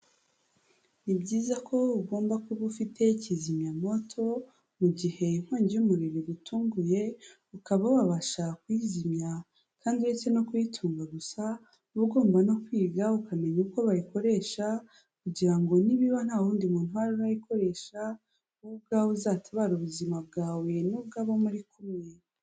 Ni byiza ko ugomba kuba ufite kizimyamwoto mu gihe inkongi y'umuriro igutunguye ukaba wabasha kuyizimya, kandi uretse no kuyitunga gusa uba ugomba no kwiga ukamenya uko bayikoresha kugira ngo nibiba nta wundi muntu uhari urayikoresha wowe ubwawe uzatabara ubuzima bwawe n'ubw'abo muri kumwe.